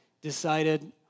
decided